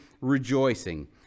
rejoicing